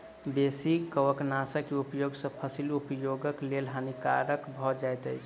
बेसी कवकनाशक के उपयोग सॅ फसील उपभोगक लेल हानिकारक भ जाइत अछि